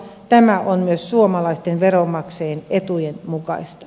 tämä on myös suomalaisten veronmaksajien etujen mukaista